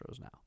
now